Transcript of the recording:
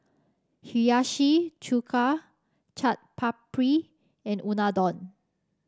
Hiyashi Chuka Chaat Papri and Unadon